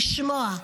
לשמוע,